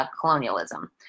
colonialism